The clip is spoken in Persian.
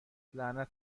لعنت